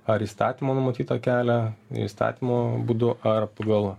ar įstatymo numatytą kelią įstatymo būdu ar pagal